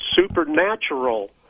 Supernatural